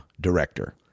director